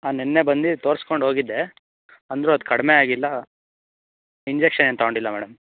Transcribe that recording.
ಹಾಂ ನಿನ್ನೆ ಬಂದು ತೋರ್ಸ್ಕೊಂಡು ಹೋಗಿದ್ದೆ ಅಂದ್ರೂ ಅದು ಕಡಿಮೆ ಆಗಿಲ್ಲ ಇಂಜೆಕ್ಷನ್ ಏನು ತಗೊಂಡಿಲ್ಲ ಮೇಡಮ್